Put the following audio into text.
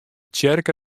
tsjerke